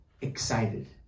excited